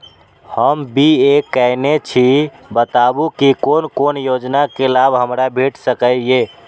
हम बी.ए केनै छी बताबु की कोन कोन योजना के लाभ हमरा भेट सकै ये?